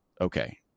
okay